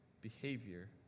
behavior